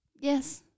Yes